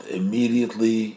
immediately